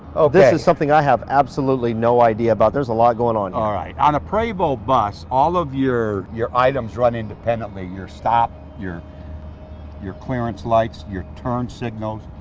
oh this is something i have absolutely no idea about. there's a lot going on. all right, on a prevost bus all of your your items run independently, your stop, your your clearance lights, your turn signals,